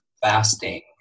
fasting